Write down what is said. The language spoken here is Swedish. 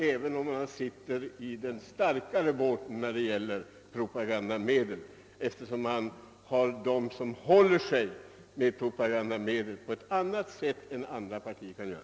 Han står ju på den starkare sidan, eftersom hans parti har dem som håller detta med propagandamedel i en annan utsträckning än andra partier.